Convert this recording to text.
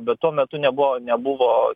bet tuo metu nebuvo nebuvo